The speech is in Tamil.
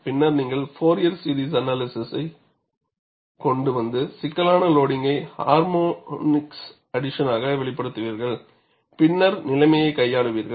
பின்னர் நீங்கள் ஃபோரியர் சீரிஸ் அனலைசிஸால் கொண்டு வந்து சிக்கலான லோடிங்கை ஹார்மோனிக்ஸ் அடிசனாக வெளிப்படுத்துவீர்கள் பின்னர் நிலைமையைக் கையாளுவீர்கள்